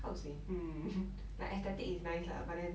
how to say hmm like aesthetic is nice lah but then